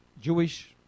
Jewish